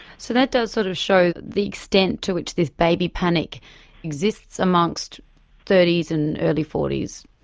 so that does sort of show the extent to which this baby panic exists amongst thirty s and early forty s.